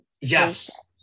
Yes